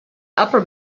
upper